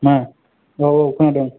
मा औ औ खोनादों